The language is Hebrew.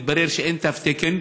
מתברר שאין תו תקן.